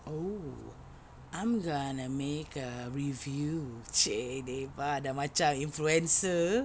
oh I'm gonna make a review !chey! daebak dah macam influencer